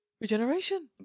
regeneration